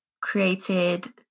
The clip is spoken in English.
created